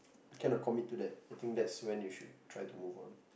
cannot commit to that I think that's when you should try to move on